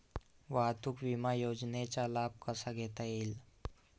वाहतूक विमा योजनेचा लाभ कसा घेता येईल?